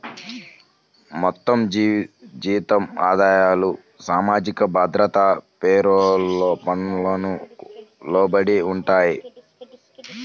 మొత్తం జీతం ఆదాయాలు సామాజిక భద్రత పేరోల్ పన్నుకు లోబడి ఉంటాయి